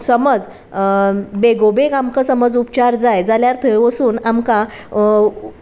समज बेगोबेग आमकां समज उपचार जाय जाल्यार थंय वचून आमकां